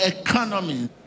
economy